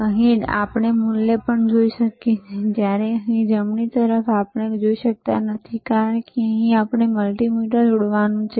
અહીં ડાબે આપણે મૂલ્ય પણ જોઈ શકીએ છીએ જ્યારે અહીં જમણે આપણે જોઈ શકતા નથી કારણ કે આપણે અહીં મલ્ટિમીટર જોડવાનું છે